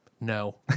No